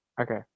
Okay